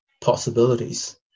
possibilities